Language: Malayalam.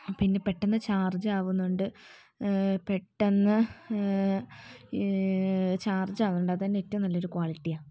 പിന്നെ പെട്ടെന്ന് ചാർജ് ആവുന്നുണ്ട് പെട്ടെന്ന് ചാർജ് ആവുന്നുണ്ട് അതുതന്നെ ഏറ്റവും നല്ലൊരു ക്വാളിറ്റി ആണ്